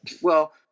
Well-